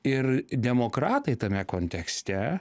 ir demokratai tame kontekste